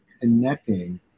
connecting